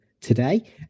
today